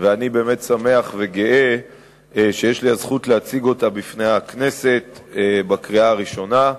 ואני שמח וגאה שיש לי הזכות להציג אותה לפני הכנסת לקריאה ראשונה,